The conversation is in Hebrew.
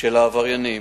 של העבריינים.